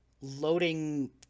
loading